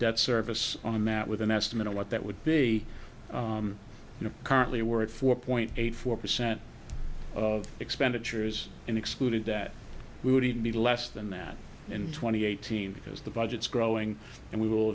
debt service on a map with an estimate of what that would be you know currently we're at four point eight four percent of expenditures and excluded that we would even be less than that in twenty eighteen because the budget is growing and we will